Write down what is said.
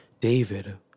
David